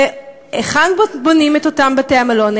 והיכן בונים את אותם בתי-המלון?